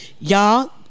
y'all